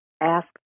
ask